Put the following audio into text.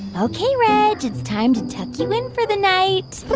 ok, reg, it's time to tuck you in for the night